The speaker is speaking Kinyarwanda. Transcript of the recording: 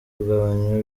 kugabanywa